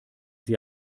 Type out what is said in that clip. sie